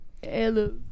Hello